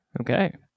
Okay